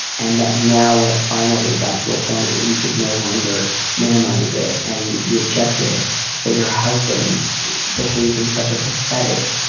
and that now when it finally got to ah point where you could no longer minimize it and you objected that your husband behaved in such a pathetic,